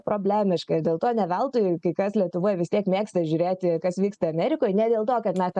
problemiška ir dėl to ne veltui kai kas lietuvoj vis tiek mėgsta žiūrėti kas vyksta amerikoj ne dėl to kad mes ten